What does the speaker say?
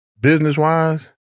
business-wise